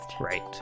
Right